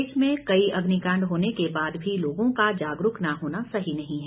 प्रदेश में कई अग्निकांड होने के बाद भी लोगों का जागरूक न होना सही नहीं है